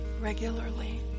regularly